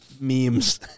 memes